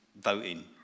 voting